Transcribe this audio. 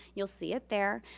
you'll see it there.